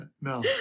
No